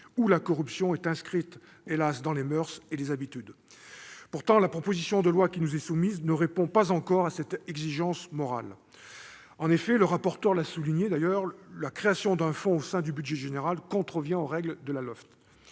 où la corruption est- hélas ! -inscrite dans les moeurs et dans les habitudes. Pourtant, la proposition de loi qui nous est soumise ne répond pas encore à cette exigence morale. En effet, comme l'a souligné le rapporteur, la création d'un fonds au sein du budget général contrevient aux règles de la LOLF.